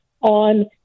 on